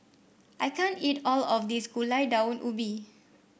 I can't eat all of this Gulai Daun Ubi